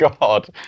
God